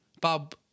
Bob